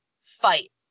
fight